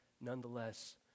nonetheless